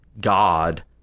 God